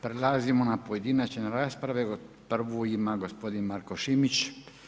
Prelazimo na pojedinačne rasprave, prvu ima gospodin Marko Šimić.